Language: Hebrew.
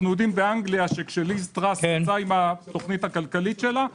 אנחנו יודעים באנגליה שכשליז טראסט יצאה עם התוכנית הכלכלית שלה,